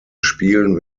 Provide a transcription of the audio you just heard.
spielen